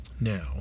Now